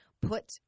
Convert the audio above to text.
put